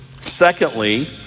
Secondly